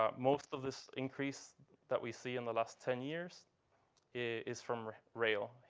um most of this increase that we see in the last ten years is from rail.